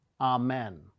amen